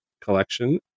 collection